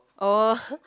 oh